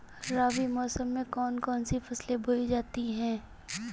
रबी मौसम में कौन कौन सी फसलें बोई जाती हैं?